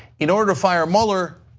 in order to fire mueller,